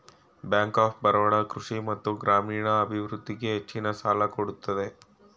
bank of Baroda ಕೃಷಿ ಮತ್ತು ಗ್ರಾಮೀಣ ಅಭಿವೃದ್ಧಿಗೆ ಹೆಚ್ಚಿನ ಸಾಲ ಕೊಡುತ್ತದೆ